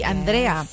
Andrea